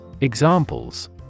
Examples